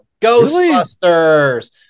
Ghostbusters